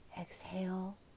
exhale